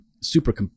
super